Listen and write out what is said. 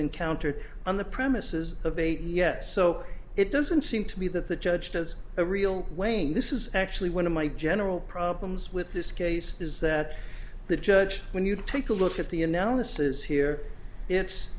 encountered on the premises of a yet so it doesn't seem to be that the judge has a real wayne this is actually one of my general problems with this case is that the judge when you take a look at the analysis here it's